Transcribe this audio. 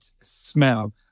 smell